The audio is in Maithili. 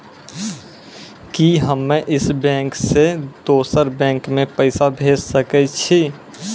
कि हम्मे इस बैंक सें दोसर बैंक मे पैसा भेज सकै छी?